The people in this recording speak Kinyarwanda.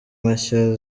mashya